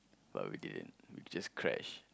but we didn't we just crash